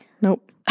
nope